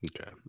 Okay